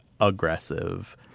aggressive